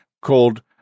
called